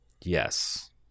Yes